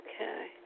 okay